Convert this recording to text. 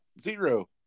Zero